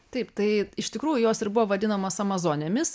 taip tai iš tikrųjų jos ir buvo vadinamos amazonėmis